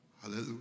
Hallelujah